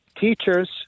teachers